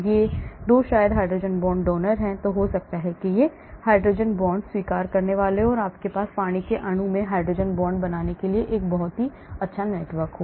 ये 2 शायद hydrogen bond donor हैं हो सकता है कि ये हाइड्रोजन बॉन्ड स्वीकार करने वाले हों और आपके पास पानी के अणु में हाइड्रोजन बॉन्ड बनाने का एक बहुत ही नेटवर्क हो